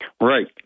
Right